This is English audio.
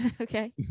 okay